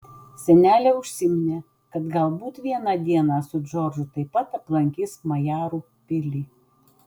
senelė užsiminė kad galbūt vieną dieną su džordžu taip pat aplankys majarų pilį